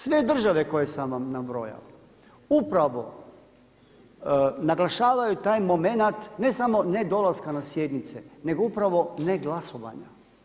Sve države koje sam vam nabrojao upravo naglašavaju taj moment ne samo nedolaska na sjednice nego upravo ne glasovanja.